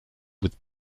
with